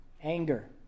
Anger